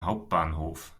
hauptbahnhof